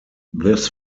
this